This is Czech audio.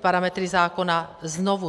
parametry zákona znovu.